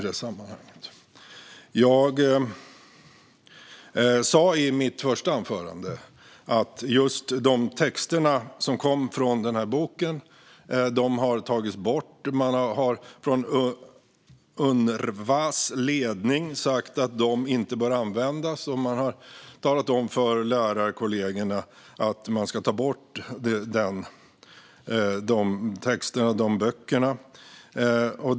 Jag sa i mitt första anförande att just de texter som kom från den här boken har tagits bort. Man har från Unrwas ledning sagt att de inte bör användas, och man har talat om för lärarkollegierna att de texterna och de böckerna ska tas bort.